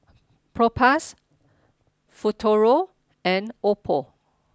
Propass Futuro and Oppo